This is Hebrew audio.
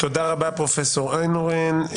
תודה רבה פרופ' איינהורן.